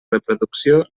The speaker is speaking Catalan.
reproducció